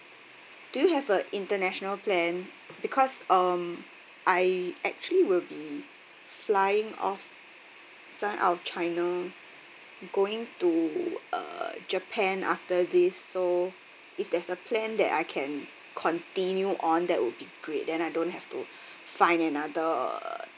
do you have a international plan because um I actually will be flying off flying out of china going to uh japan after this so if there's a plan that I can continue on that would be great then I don't have to find another